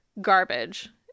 garbage